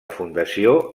fundació